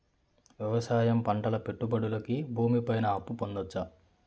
వ్యవసాయం పంటల పెట్టుబడులు కి భూమి పైన అప్పు పొందొచ్చా?